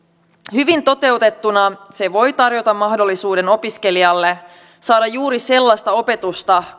hyvin toteutettuna se voi tarjota mahdollisuuden opiskelijalle saada juuri sellaista opetusta